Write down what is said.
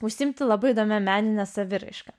užsiimti labai įdomia menine saviraiška